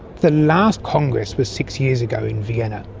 the last congress was six years ago in vienna,